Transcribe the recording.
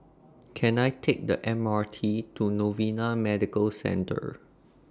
Can I Take The M R T to Novena Medical Centre